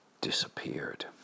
disappeared